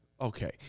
Okay